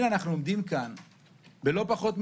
של הפרדה